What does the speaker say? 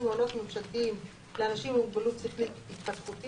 (20)מעונות ממשלתיים לאנשים עם מוגבלות שכלית התפתחותית,